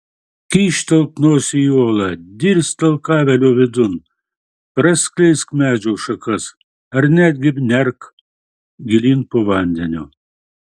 kyštelk nosį į olą dirstelk avilio vidun praskleisk medžių šakas ar netgi nerk gilyn po vandeniu